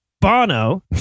Bono